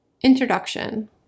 Introduction